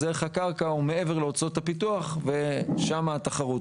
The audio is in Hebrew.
ערך הקרקע הוא מעבר להוצאות הפיתוח ושם התחרות.